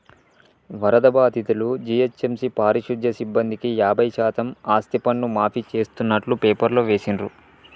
వరద బాధితులు, జీహెచ్ఎంసీ పారిశుధ్య సిబ్బందికి యాభై శాతం ఆస్తిపన్ను మాఫీ చేస్తున్నట్టు పేపర్లో వేసిండ్రు